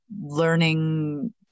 learning